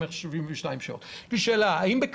האם בכוונת הדרג המדינית לקיים על הנושא הזה,